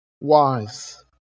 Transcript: wise